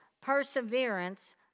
perseverance